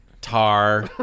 tar